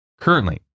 Currently